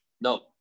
no